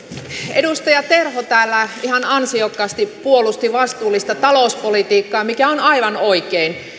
edustaja terho täällä ihan ansiokkaasti puolusti vastuullista talouspolitiikkaa mikä on aivan oikein